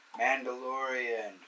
Mandalorian